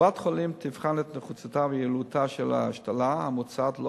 קופת-חולים תבחן את נחיצותה ויעילותה של ההשתלה המוצעת,